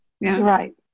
Right